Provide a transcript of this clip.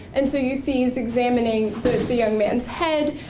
and so you see is examining the young man's head.